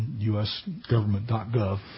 usgovernment.gov